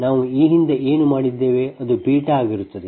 ನಾವು ಈ ಹಿಂದೆ ಏನು ಮಾಡಿದ್ದೇವೆ ಅದು β ಆಗಿರುತ್ತದೆ